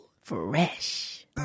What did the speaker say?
fresh